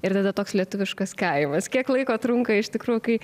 ir tada toks lietuviškas kaimas kiek laiko trunka iš tikrų kai